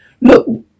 Look